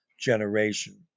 generation